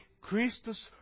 Christus